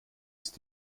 ist